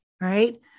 right